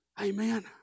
Amen